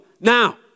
Now